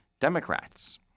Democrats